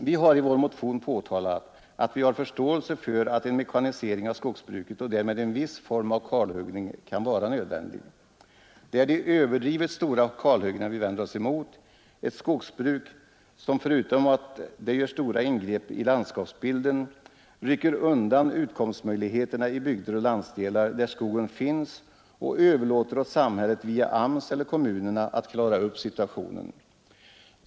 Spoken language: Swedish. Vi har i vår motion påtalat att vi har förståelse för att en mekanisering av skogsbruket och därmed en viss form av kalhuggning kan vara nödvändig. Det är de överdrivet stora kalhyggena vi vänder oss emot, ett skogsbruk som förutom att det gör stora ingrepp i landskapsbilden rycker undan utkomstmöjligheterna i bygder och landsdelar där skogen finns och överlåter åt samhället via AMS eller kommunerna att klara upp situationen.